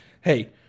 hey